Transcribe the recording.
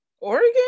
Oregon